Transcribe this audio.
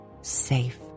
safe